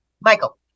Michael